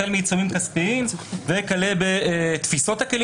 החל מעיצומים כספיים וכלה בתפיסות הכלים